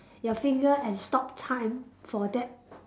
your finger and stop time for that